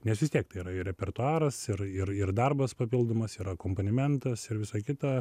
nes vis tiek tai yra ir repertuaras ir ir ir darbas papildomas ir akompanimentas ir visa kita